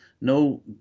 No